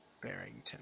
Barrington